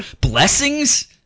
blessings